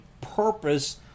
purpose